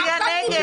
לא, הוא הצביע נגד.